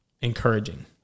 encouraging